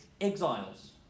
exiles